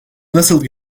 nasıl